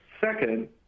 Second